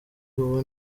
uwo